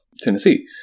Tennessee